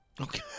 Okay